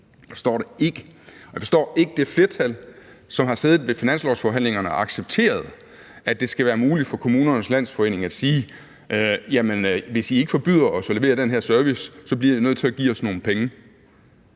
jeg forstår ikke det flertal, som har siddet under finanslovsforhandlingerne og accepteret, at det skal være muligt for Kommunernes Landsforening at sige: Hvis I ikke forbyder os at levere den her service, bliver I nødt til at give os nogle penge.